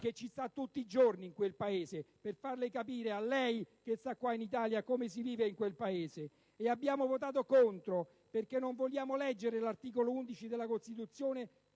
che ci sta tutti i giorni in quei territori, per fare capire a lei che sta in Italia come si vive in quel Paese. E abbiamo votato contro perché non vogliamo leggere l'articolo 11 della Costituzione